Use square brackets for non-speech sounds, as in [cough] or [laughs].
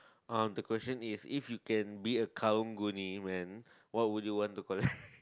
uh the question is if you can be a Karang-Guni man what would you want to collect [laughs]